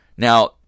Now